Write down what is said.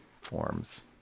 forms